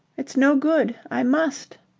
it's no good. i must.